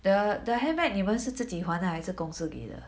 the the handbag 你们是自己还的还是公司给的